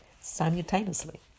simultaneously